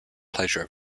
pleasure